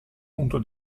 punto